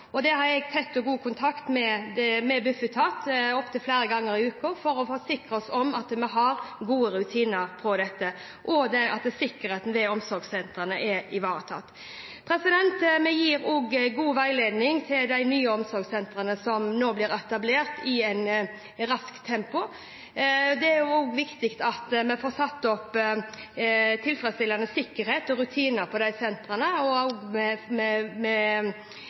har tett og god kontakt med Bufetat opptil flere ganger i uka for å forsikre meg om at vi har gode rutiner på dette, og at sikkerheten ved omsorgssentrene er ivaretatt. Vi gir også god veiledning til de nye omsorgssentrene, som nå blir etablert i raskt tempo. Det er også viktig at vi sørger for tilfredsstillende sikkerhet og rutiner på sentrene – også når det gjelder sikkerheten i lokalene – at det er høy voksentetthet, og